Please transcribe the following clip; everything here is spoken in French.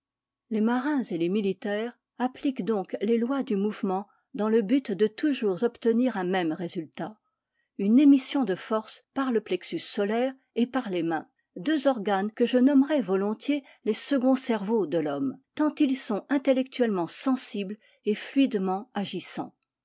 les marins et les militaires appliquent donc les lois du mouvement dans le but de toujours obtenir un même résultat une émission de force par le plexus solaire et par les mains deux organes que je nommerais volontiers les seconds cerveaux de l'homme tant ils sont intellectuellement sensibles et fluidement agissants